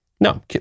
No